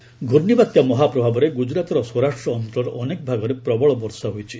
cyclone ମହା ଘୂର୍ଣ୍ଣିବାତ୍ୟା ମହା ପ୍ରଭାବରେ ଗୁଜରାତ୍ର ସୌରାଷ୍ଟ୍ର ଅଞ୍ଚଳର ଅନେକ ଭାଗରେ ପ୍ରବଳ ବର୍ଷା ହୋଇଛି